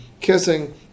kissing